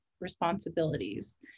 responsibilities